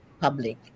public